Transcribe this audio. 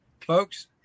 folks